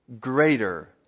greater